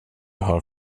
har